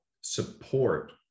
support